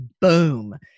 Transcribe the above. Boom